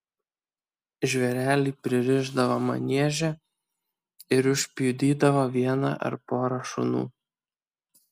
žvėrelį pririšdavo manieže ir užpjudydavo vieną ar porą šunų